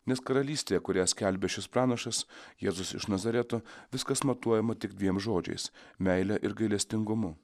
nes karalystė kurią skelbia šis pranašas jėzus iš nazareto viskas matuojama tik dviem žodžiais meile ir gailestingumu